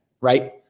Right